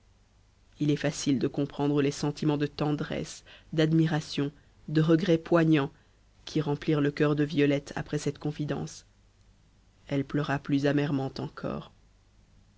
il est facile de comprendre les sentiments de tendresse d'admiration de regret poignant qui remplirent le cour de violette après cette confidence elle pleura plus amèrement encore